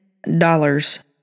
dollars